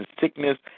sickness